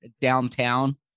downtown